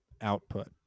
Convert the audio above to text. output